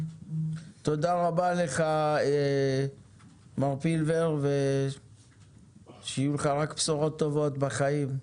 תודה רבה לך מר פילבר ושיהיו לך רק בשורות טובות בחיים,